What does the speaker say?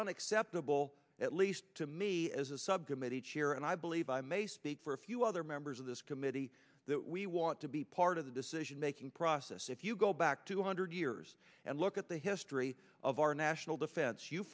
unacceptable at least to me as a subcommittee chair and i believe i may speak for a few other members of this committee that we want to be part of the decision making process if you go back two hundred years and look at the history of our national defense you